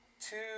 two